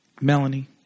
Melanie